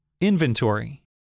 Inventory